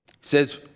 says